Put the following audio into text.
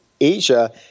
Asia